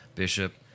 Bishop